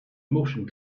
motion